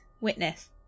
Witness